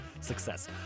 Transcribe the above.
success